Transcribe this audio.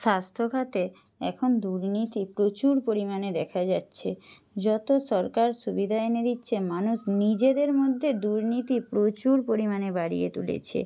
স্বাস্থ্যখাতে এখন দুর্নীতি প্রচুর পরিমাণে দেখা যাচ্ছে যত সরকার সুবিধা এনে দিচ্ছে মানুষ নিজেদের মধ্যে দুর্নীতি প্রচুর পরিমাণে বাড়িয়ে তুলেছে